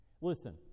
Listen